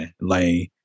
lane